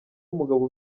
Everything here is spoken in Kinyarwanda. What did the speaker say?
mugabo